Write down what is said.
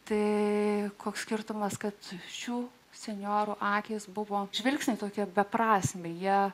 tai koks skirtumas kad šių senjorų akys buvo žvilgsnyje tokie beprasmiai jie